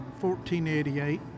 1488